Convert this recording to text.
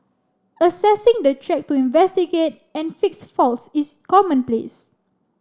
accessing the track to investigate and fix faults is commonplace